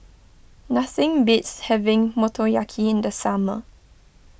nothing beats having Motoyaki in the summer